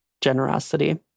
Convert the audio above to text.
generosity